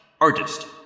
Artist